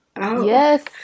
Yes